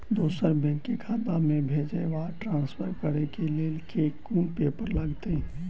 दोसर बैंक केँ खाता मे भेजय वा ट्रान्सफर करै केँ लेल केँ कुन पेपर लागतै?